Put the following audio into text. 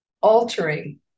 altering